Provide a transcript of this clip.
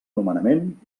nomenament